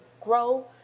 GROW